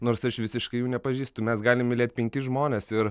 nors aš visiškai jų nepažįstu mes galim mylėti penkis žmones ir